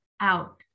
out